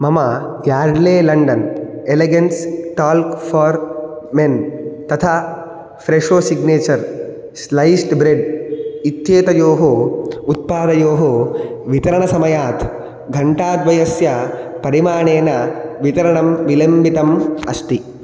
मम Yardley London elegance talc for men तथा Fresho signature sliced bread इत्येतयोः उत्पादयोः वितरणसमयात् घण्टाद्वयस्य परिमाणेन वितरणं विलम्बितम् अस्ति